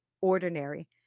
ordinary